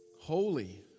holy